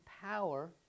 power